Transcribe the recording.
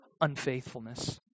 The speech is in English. unfaithfulness